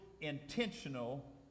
intentional